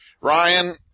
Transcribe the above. Ryan